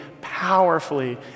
powerfully